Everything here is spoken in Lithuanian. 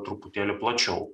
truputėlį plačiau